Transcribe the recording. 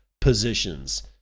positions